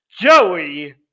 Joey